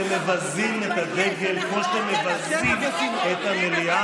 אתם מבזים את הדגל כמו שאתם מבזים את המליאה.